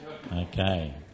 Okay